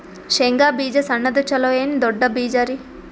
ಶೇಂಗಾ ಬೀಜ ಸಣ್ಣದು ಚಲೋ ಏನ್ ದೊಡ್ಡ ಬೀಜರಿ?